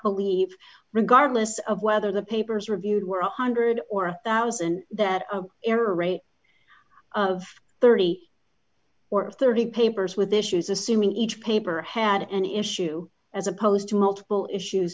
believe regardless of whether the papers reviewed were on one hundred or a one thousand that error rate of thirty or thirty papers with issues assuming each paper had an issue as opposed to multiple issues